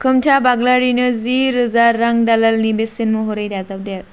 खोमथा बाग्लारिनो जिरोजा रां दालालनि बेसेन महरै दाजाबदेर